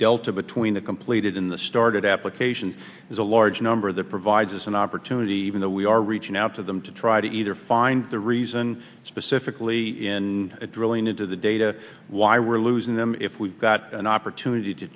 delta between the completed in the started application is a large number that provides an opportunity even though we are reaching out to them to try to either find the reason specifically in drilling into the data why we're losing them if we've got an opportunity to